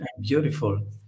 Beautiful